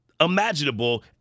imaginable